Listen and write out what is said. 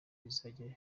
bizajya